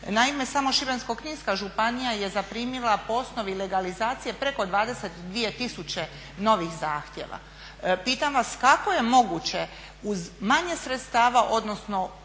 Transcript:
Naime, samo Šibensko-kninska županija je zaprimila po osnovi legalizacije preko 22000 novih zahtjeva. Pitam vas kako je moguće uz manje sredstava, odnosno